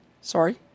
Sorry